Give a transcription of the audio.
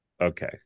Okay